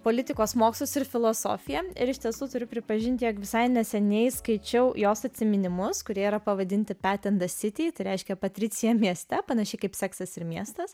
politikos mokslus ir filosofiją ir iš tiesų turiu pripažinti jog visai neseniai skaičiau jos atsiminimus kurie yra pavadinti reiškia patricija mieste panašiai kaip seksas ir miestas